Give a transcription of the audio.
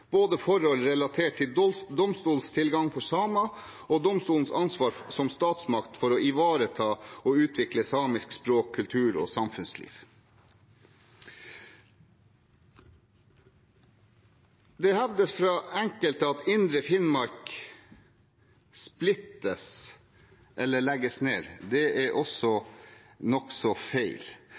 både forhold relatert til domstolstilgang for samer og domstolens ansvar som statsmakt for å ivareta og utvikle samisk språk, kultur og samfunnsliv. Det hevdes fra enkelte at indre Finnmark splittes eller legges ned. Det er også nokså feil.